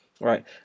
Right